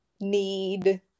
need